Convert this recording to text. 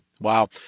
Wow